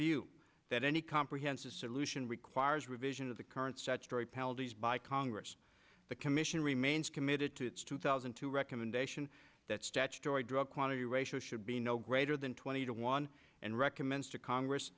view that any comprehensive solution requires revision of the current statutory penalties by congress the commission remains committed to its two thousand and two recommendation that statutory drug quantity ratio should be no greater than twenty to one and recommends to congress